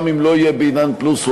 גם אם לא יהיה ב"עידן פלוס",